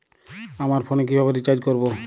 আমার ফোনে কিভাবে রিচার্জ করবো?